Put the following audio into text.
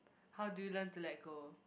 how do you learn to let go